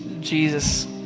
Jesus